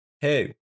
hey